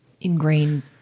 ingrained